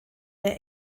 der